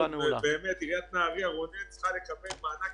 עיריית נהריה, רונן, צריכה לקבל מענק